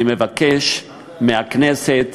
אני מבקש מהכנסת